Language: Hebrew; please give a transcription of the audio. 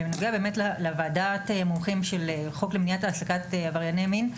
בנוגע לוועדת מומחים של חוק למניעת העסקת עברייני מין,